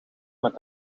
met